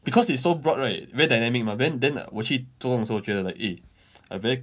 because it's so broad right very dynamic mah then then 我去做工的时候我觉得 like eh I very